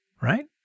right